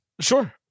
sure